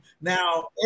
now